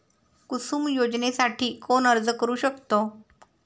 कुसुम योजनेसाठी कोण अर्ज करू शकतो?